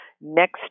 next